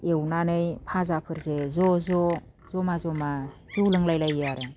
एवनानै फाजाफोरजो ज'ज' ज'मा ज'मा जौ लोंलाय लायो आरो